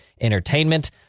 Entertainment